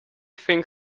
think